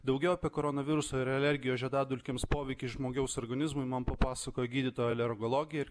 daugiau apie koronaviruso ir alergijos žiedadulkėms poveikį žmogaus organizmui man papasakojo gydytoja alergologė ir